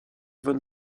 von